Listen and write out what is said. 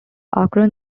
akron